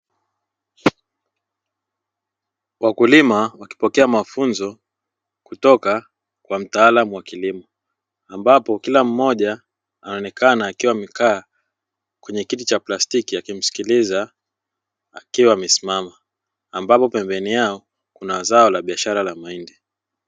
Wakulima wakipokea mafunzo kutoka kwa mtaalamu wa kilimo ambapo kila mmoja anaonekana akiwa amekaa kwenye kiti cha plastiki akimsikiliza akiwa amesimama, ambapo pembeni yao kuna zao la biashara la mahindi.